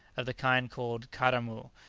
of the kind called karamoo,